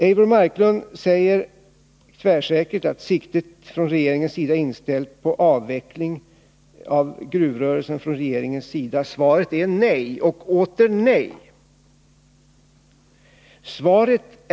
Eivor Marklund säger tvärsäkert att siktet från regeringens sida är inställt på avveckling av gruvrörelsen. Men jag säger nej och åter nej.